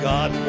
God